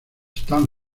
stan